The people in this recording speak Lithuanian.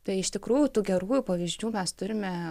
tai iš tikrųjų tų gerųjų pavyzdžių mes turime